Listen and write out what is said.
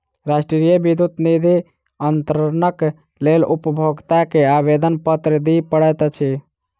राष्ट्रीय विद्युत निधि अन्तरणक लेल उपभोगता के आवेदनपत्र दिअ पड़ैत अछि